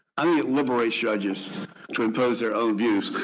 i mean it liberates judges to impose their own views,